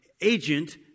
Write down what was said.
agent